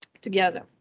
together